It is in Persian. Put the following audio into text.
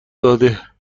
داده